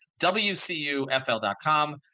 WCUFL.com